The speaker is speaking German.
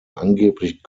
angeblich